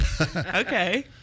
okay